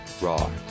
raw